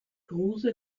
kruse